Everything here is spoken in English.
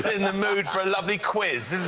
in the mood for a lovely quiz,